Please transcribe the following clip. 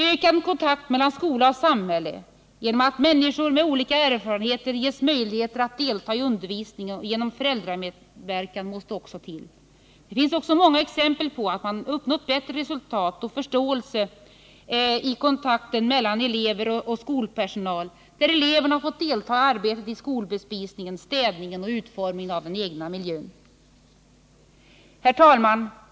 Ökad kontakt mellan skola och samhälle, t.ex. genom att människor med olika erfarenheter ges möjligheter att delta i undervisningen och genom föräldramedverkan, måste också till. Det finns också många exempel på att man har uppnått bättre förståelse och kontakt mellan eleverna och skolpersonalen, där eleverna fått delta i arbetet i skolbespisningen, städningen eller utformningen av den egna miljön. Herr talman!